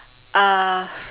uh